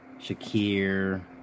Shakir